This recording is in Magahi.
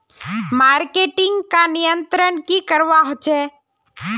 मार्केटिंग का नियंत्रण की करवा होचे?